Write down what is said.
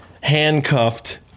handcuffed